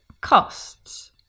costs